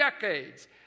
decades